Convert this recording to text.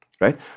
right